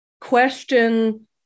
question